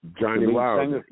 Johnny